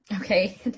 Okay